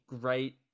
great